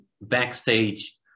backstage